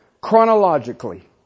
chronologically